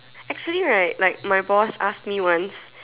actually right like my boss asked me once